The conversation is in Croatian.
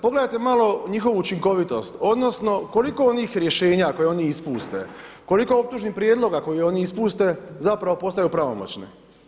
Pogledajte malo njihovu učinkovitost, odnosno koliko onih rješenja koje oni ispuste, koliko optužnih prijedloga koje oni ispuste zapravo postaju pravomoćne.